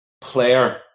player